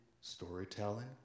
storytelling